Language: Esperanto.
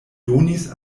donis